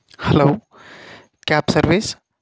hello cab service